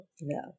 no